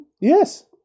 Yes